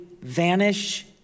vanish